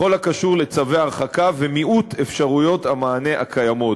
בכל הקשור לצווי הרחקה ומיעוט אפשרויות המענה הקיימות.